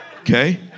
Okay